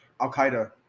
Al-Qaeda